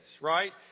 right